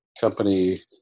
company